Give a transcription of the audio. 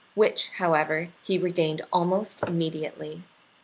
which, however, he regained almost immediately.